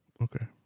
okay